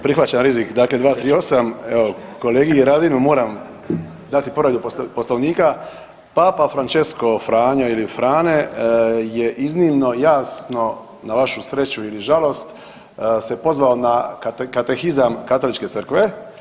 Prihvaćam rizik, dakle 238., evo kolegi Radinu moram dati povredu Poslovnika, Papa Francesco Franjo ili Frane je iznimno jasno na vašu sreću ili žalost se pozvao na Katekizam Katoličke crkve.